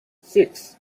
six